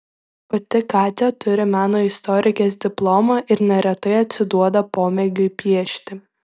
pati katia turi meno istorikės diplomą ir neretai atsiduoda pomėgiui piešti